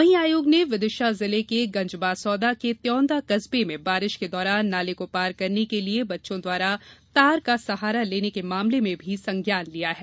वहीं आयोग ने विदिशा जिले के गंजबासौदा के त्योंदा कस्बे में बारिश के दौरान नाले को पार करने के लिए बच्चों द्वारा तार का सहारा लेने के मामले में संज्ञान लिया है